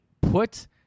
put